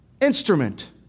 instrument